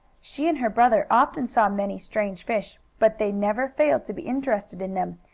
she and her brother often saw many strange fish, but they never failed to be interested in them,